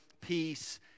peace